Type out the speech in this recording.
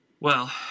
Well